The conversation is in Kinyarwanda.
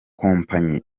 kompanyi